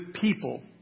people